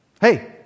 Hey